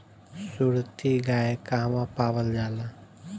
सुरती गाय कहवा पावल जाला?